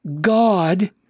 God